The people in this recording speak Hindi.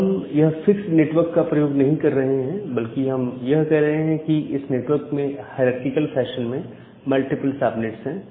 अब हम यह फिक्स्ड नेटवर्क का प्रयोग नहीं कर रहे हैं बल्कि हम यह कह रहे हैं कि इस नेटवर्क में हायरारकिकल फैशन में मल्टीपल सबनेट्स हैं